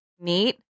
neat